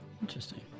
Interesting